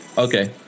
Okay